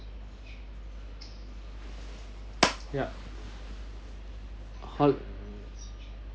yup how